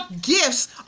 gifts